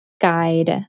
guide